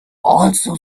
also